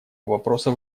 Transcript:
вопроса